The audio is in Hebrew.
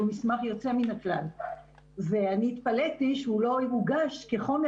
הוא מסמך יוצא מן הכלל והתפלאתי שהוא לא הוגש כחומר